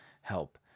help